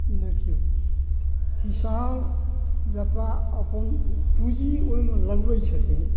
देखिऔ किसान जखन पूॅंजी ओहिमे लगबै छथिन